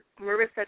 Marissa